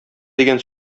дигән